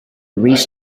reached